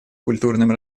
культурным